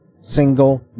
single